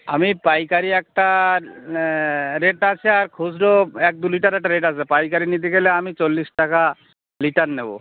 আমি পাইকারি একটা রেট আছে আর খুচরো এক দু লিটারের একটা রেট আছে পাইকারি নিতে গেলে আমি চল্লিশ টাকা লিটার নেব